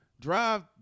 Drive